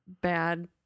bad